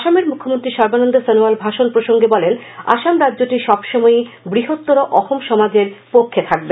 আসামের মুখ্যমন্ত্রী সর্বানন্দ সানোয়াল ভাষণ প্রসঙ্গে বলেন আসাম রাজ্যটি সবসময়ই বৃহত্তর অহম সমাজের পক্ষে থাকবে